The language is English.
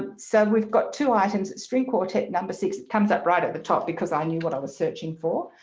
ah so we've got two items at string quartet number six, it comes up right at the top because i knew what i was searching for.